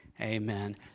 Amen